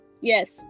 Yes